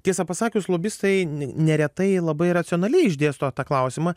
tiesą pasakius lobistai neretai labai racionaliai išdėsto tą klausimą